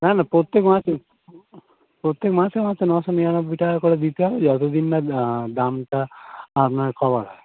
না না প্রত্যেক মাসে প্রত্যেক মাসে মাসে নশো নিরানব্বই টাকা করে দিতে হবে যতো দিন না দামটা আপনার কভার হয়